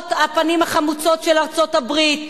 למרות הפנים החמוצות של ארצות-הברית,